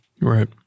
Right